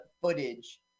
footage